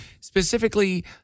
Specifically